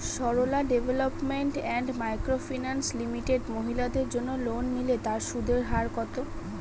Sarala development and micro finance limited মহিলাদের জন্য loan নিলে তার সুদের হার কত?